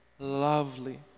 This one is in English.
Lovely